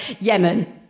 Yemen